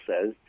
says